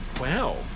Wow